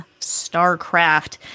StarCraft